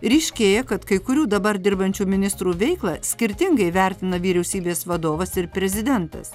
ryškėja kad kai kurių dabar dirbančių ministrų veiklą skirtingai vertina vyriausybės vadovas ir prezidentas